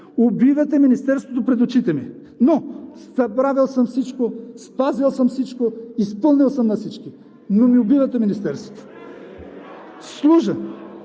Убивате Министерството пред очите ми! Забравил съм всичко, спазил съм всичко, изпълнил съм на всички. Но не убивайте Министерството! Имам